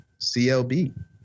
CLB